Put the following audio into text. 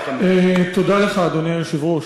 אדוני היושב-ראש.